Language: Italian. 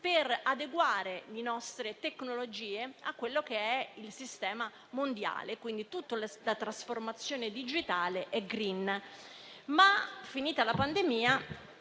per adeguare le nostre tecnologie al sistema mondiale (quindi tutta la trasformazione digitale e *green*).